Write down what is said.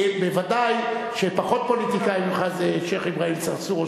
כי בוודאי שפחות פוליטיקאי ממך זה שיח' אברהים צרצור,